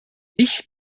ich